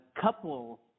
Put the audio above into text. couple